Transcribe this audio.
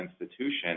institution